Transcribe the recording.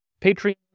Patreon